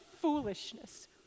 foolishness